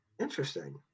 interesting